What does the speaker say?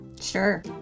Sure